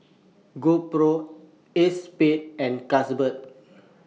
GoPro ACEXSPADE and Carlsberg